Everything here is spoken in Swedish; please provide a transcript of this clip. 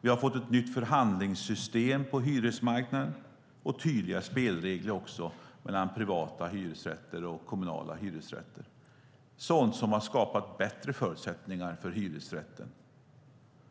Vi har fått ett nytt förhandlingssystem på hyresmarknaden och tydliga spelregler mellan privata och kommunala hyresrätter. Det här är sådant som har skapat bättre förutsättningar för hyresrätten.